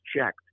checked